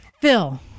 Phil